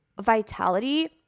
vitality